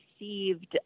received